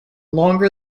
longer